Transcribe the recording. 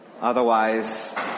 Otherwise